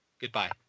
Goodbye